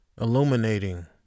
illuminating